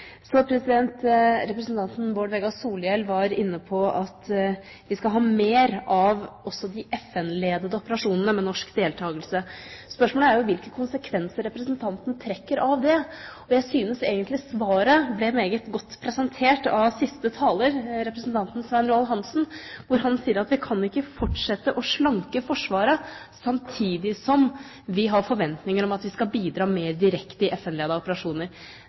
Representanten Bård Vegar Solhjell var inne på at vi skal ha mer av også de FN-ledede operasjonene med norsk deltakelse. Spørsmålet er jo hvilke konsekvenser representanten trekker av det. Jeg syns egentlig svaret ble meget godt presentert av siste taler, representanten Svein Roald Hansen. Han sier at vi kan ikke fortsette å slanke Forsvaret samtidig som vi har forventninger om at vi skal bidra mer direkte i FN-ledede operasjoner.